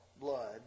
blood